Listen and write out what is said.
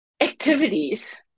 activities